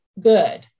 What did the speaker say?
good